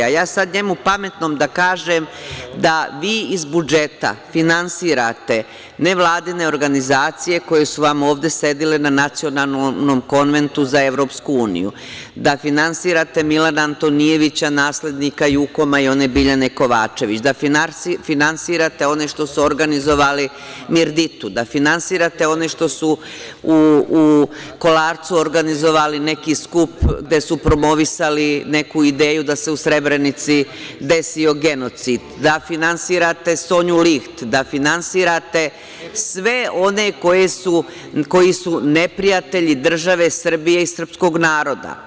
A ja sad njemu pametnom da kažem da vi iz budžeta finansirate nevladine organizacije koje su vam ovde sedele na Nacionalnom konventu za EU, da finansirate Milana Antonijevića, naslednika „Jukoma“ i one Biljane Kovačević, da finansirate one što su organizovali „Mirditu“, da finansirate one što su u Kolarcu organizovali neki skup gde su promovisali neku ideju da se u Srebrenici desio genocid, da finansirate Sonju Liht, da finansirate sve one koji su neprijatelji države Srbije i srpskog naroda.